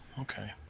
Okay